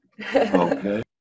Okay